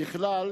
ככלל,